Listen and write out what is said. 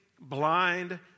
blind